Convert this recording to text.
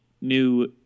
new